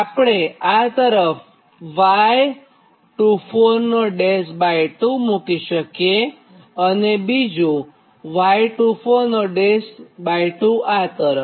આપણે આ તરફ y242 મુકી શકીએ અને બીજું y242 આ તરફ